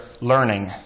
learning